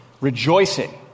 rejoicing